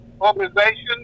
organization